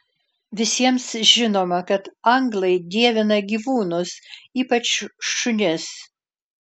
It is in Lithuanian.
visiems žinoma kad anglai dievina gyvūnus ypač šunis